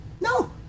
No